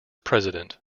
president